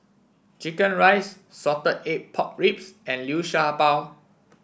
chicken rice Salted Egg Pork Ribs and Liu Sha Bao